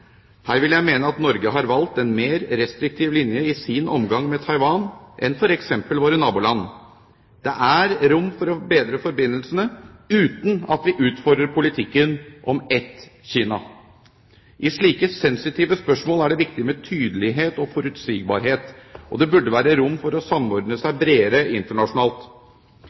Her vil jeg mene at Norge har valgt en mer restriktiv linje i sin omgang med Taiwan enn f.eks. våre naboland. Det er rom for å bedre forbindelsene – uten at vi utfordrer politikken om ett Kina. I slike sensitive spørsmål er det viktig med tydelighet og forutsigbarhet, og det burde være rom for å samordne seg bredere internasjonalt